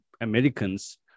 Americans